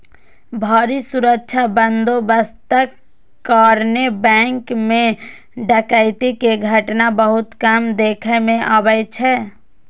भारी सुरक्षा बंदोबस्तक कारणें बैंक मे डकैती के घटना बहुत कम देखै मे अबै छै